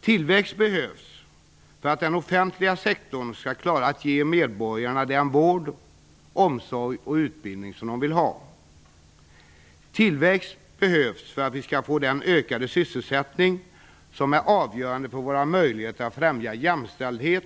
Tillväxt behövs för att den offentliga sektorn skall klara att ge medborgarna den vård, omsorg och utbildning som de vill ha. Tillväxt behövs för att vi skall få den ökade sysselsättning som är avgörande för våra möjligheter att främja jämställdhet